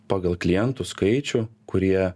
pagal klientų skaičių kurie